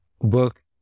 book